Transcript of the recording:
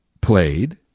played